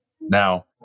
Now